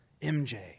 MJ